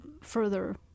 further